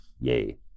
Yay